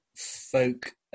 folk